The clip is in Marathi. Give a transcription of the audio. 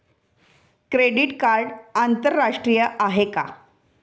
क्रेडिट कार्ड आंतरराष्ट्रीय आहे का?